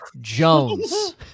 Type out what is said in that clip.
Jones